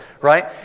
right